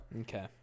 Okay